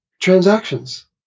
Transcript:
transactions